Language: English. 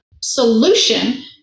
solution